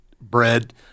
bread